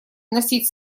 вносить